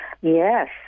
Yes